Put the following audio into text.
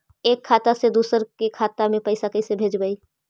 एक खाता से दुसर के खाता में पैसा कैसे भेजबइ?